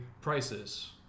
Prices